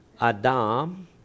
Adam